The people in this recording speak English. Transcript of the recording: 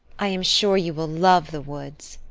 i am sure you will love the woods.